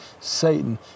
Satan